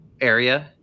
area